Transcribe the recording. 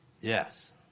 Yes